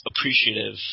appreciative